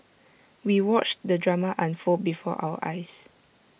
we watched the drama unfold before our eyes